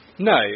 No